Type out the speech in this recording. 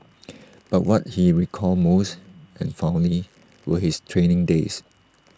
but what he recalled most and fondly were his training days